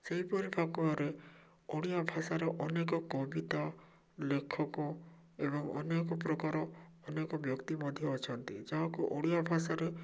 ସେହିପରି ଭାବରେ ଓଡ଼ିଆ ଭାଷାରେ ଅନେକ କବିତା ଲେଖକ ଏବଂ ଅନେକ ପ୍ରକାର ଅନେକ ବ୍ୟକ୍ତି ମଧ୍ୟ ଅଛନ୍ତି ଯାହାକୁ ଓଡ଼ିଆ ଭାଷାରେ